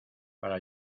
para